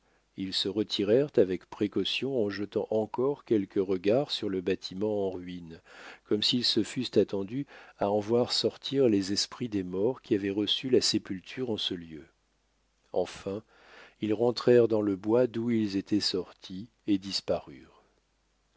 ils se retirèrent avec précaution en jetant encore quelques regards sur le bâtiment en ruines comme s'ils se fussent attendus à en voir sortir les esprits des morts qui avaient reçu la sépulture en ce lieu enfin ils rentrèrent dans le bois d'où ils étaient sortis et